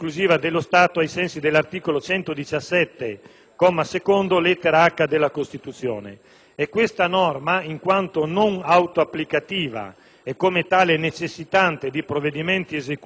secondo, lettera *h)*, della Costituzione. Questa norma, in quanto non autoapplicativa e come tale necessitante di provvedimenti esecutivi a livello regolamentare e locale,